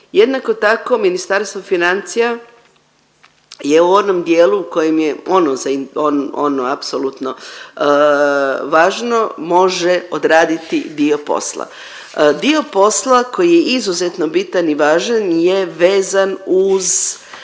Jednako tako Ministarstvo financija je u ovom dijelu u kojem je ono apsolutno važno može odraditi dio posla, dio posla koji je izuzetno bitan i važan je vezan uz